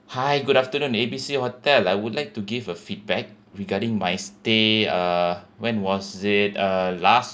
hi good afternoon A B C hotel I would like to give a feedback regarding my stay uh when was it uh last